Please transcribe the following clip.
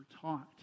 taught